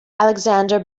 alexander